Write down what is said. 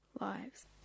Lives